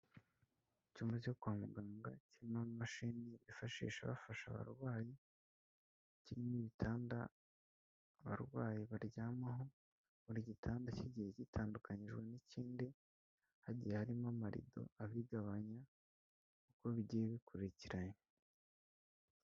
Icyumba cyo kwa muganga kirimo amamashini bifashisha bafasha abarwayi, kirimo ibitanda abarwayi baryamaho, buri gitanda kigiye gitandukanijwe n'ikindi hagiye harimo amarido abigabanya uko bigiye bikurikiranye.